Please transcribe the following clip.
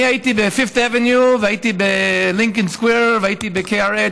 אני הייתי ב-fifth avenue והייתי ב-Lincoln square והייתי ב-KRA,